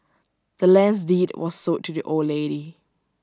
the land's deed was sold to the old lady